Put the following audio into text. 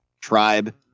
tribe